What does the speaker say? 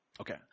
Okay